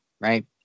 right